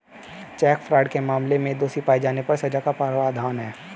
check fraud के मामले में दोषी पाए जाने पर सजा का प्रावधान है